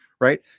right